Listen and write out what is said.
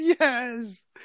yes